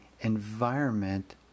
environment